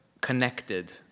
connected